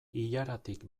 ilaratik